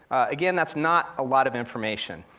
again, that's not a lot of information.